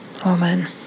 Amen